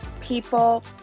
People